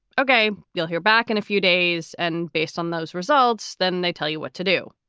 okay, you'll hear back in a few days. and based on those results, then they tell you what to do.